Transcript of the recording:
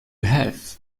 have